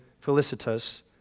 Felicitas